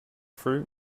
fruit